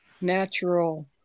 natural